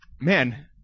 man